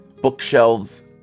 Bookshelves